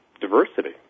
diversity